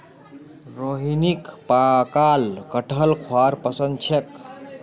रोहिणीक पकाल कठहल खाबार पसंद छेक